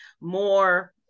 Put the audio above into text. more